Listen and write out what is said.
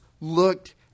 Looked